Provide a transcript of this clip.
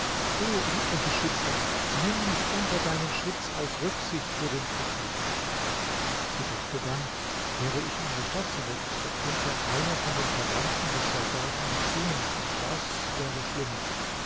o edler beschützer nimm mich unter deinen schutz aus rücksicht für den propheten sie dachte dann kehre ich in die stadt zurück so könnte einer von den verwandten des soldaten mich sehen und das wäre schlimm